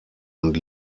und